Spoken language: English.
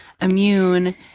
immune